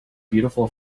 beautiful